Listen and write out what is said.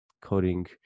coding